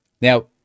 Now